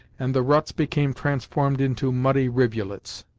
and the ruts became transformed into muddy rivulets.